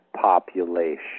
population